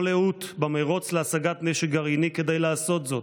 לאות במרוץ להשגת נשק גרעיני כדי לעשות זאת.